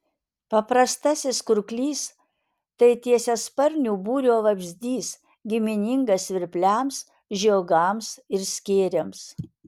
paprastasis kurklys tai tiesiasparnių būrio vabzdys giminingas svirpliams žiogams ir skėriams